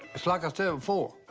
it's like i said before,